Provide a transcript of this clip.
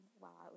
wow